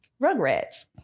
Rugrats